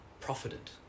profited